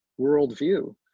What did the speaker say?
worldview